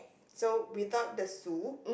so without the su